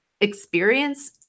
experience